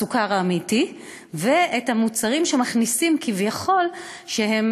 את הסוכר האמיתי ואת המוצרים שמכניסים כביכול שהם